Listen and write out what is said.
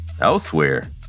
Elsewhere